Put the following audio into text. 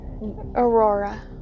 Aurora